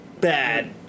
bad